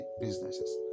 businesses